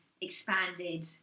expanded